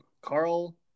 Carl